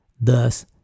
thus